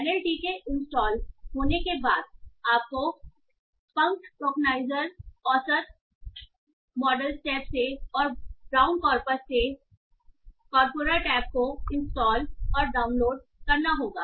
NLTK install होने के बादआपको Punkt Tokenizer औसत परसेप्शन टैगर मॉडल स्टेप से और ब्राउन कॉर्पस से corpora tab कॉर्पोरा टैब को इंस्टॉल और डाउनलोड करना होगा